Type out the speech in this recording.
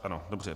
Ano, dobře.